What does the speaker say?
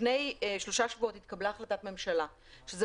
לפני שלושה שבועות התקבלה החלטת ממשלה שזה